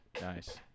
Nice